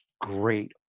great